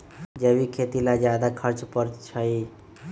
जैविक खेती ला ज्यादा खर्च पड़छई?